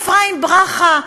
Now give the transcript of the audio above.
אפרים ברכה,